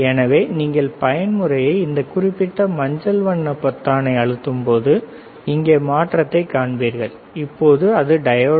எனவே நீங்கள் பயன்முறையை இந்த குறிப்பிட்ட மஞ்சள் வண்ண பொத்தானை அழுத்தும்போது இங்கே மாற்றத்தைக் காண்பீர்கள் இப்போது அது டையோடு